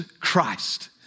Christ